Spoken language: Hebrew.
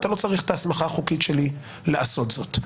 אתה לא צריך את ההסמכה החוקית שלי לעשות זאת.